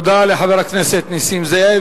תודה רבה לחבר הכנסת נסים זאב.